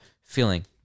feeling